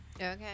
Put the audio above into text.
Okay